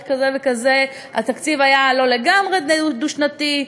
כזה וכזה התקציב היה לא לגמרי דו-שנתי,